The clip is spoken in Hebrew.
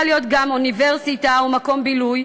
להיות גם אוניברסיטה או מקום בילוי,